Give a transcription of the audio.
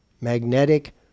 magnetic